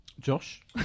Josh